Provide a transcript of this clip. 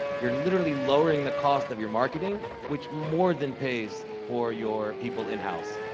you're literally lowering the cost of your marketing, which more than pays for your people in-house.